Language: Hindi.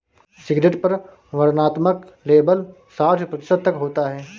सिगरेट पर वर्णनात्मक लेबल साठ प्रतिशत तक होता है